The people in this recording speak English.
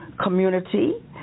community